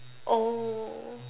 oh